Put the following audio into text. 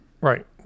right